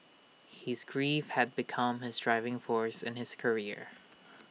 his grief had become his driving force in his career